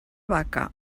vaca